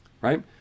right